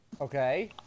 Okay